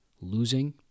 losing